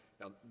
Now